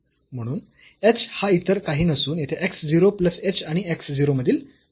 म्हणून h हा इतर काही नसून येथे x 0 प्लस h आणि x 0 मधील फरक होता